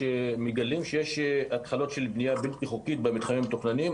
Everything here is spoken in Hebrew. שמגלים שיש התחלות של בנייה בלתי חוקית במתחמים המתוכננים.